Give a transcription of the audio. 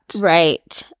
right